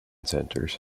centers